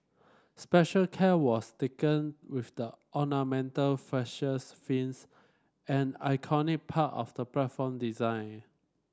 special care was taken with the ornamental fascia fins an iconic part of the platform design